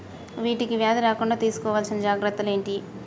వీటికి వ్యాధి రాకుండా తీసుకోవాల్సిన జాగ్రత్తలు ఏంటియి?